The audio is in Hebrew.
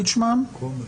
- שדלן.